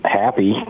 happy